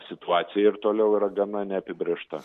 situacija ir toliau yra gana neapibrėžta